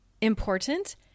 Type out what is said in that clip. important